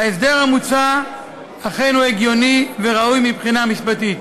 18. ההסדר המוצע הוא אכן הגיוני וראוי מבחינה משפטית.